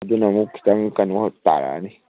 ꯑꯗꯨꯅꯃꯨꯛ ꯈꯤꯇꯪ ꯀꯩꯅꯣ ꯇꯥꯔꯛꯑꯅꯤ